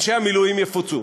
אנשי המילואים יפוצו.